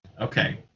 Okay